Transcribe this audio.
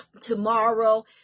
tomorrow